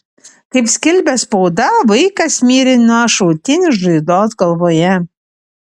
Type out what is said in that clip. kaip skelbia spauda vaikas mirė nuo šautinės žaizdos galvoje